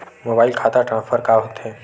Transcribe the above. Mobile खाता transfer का होथे?